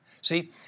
See